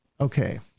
Okay